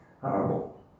horrible